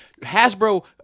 Hasbro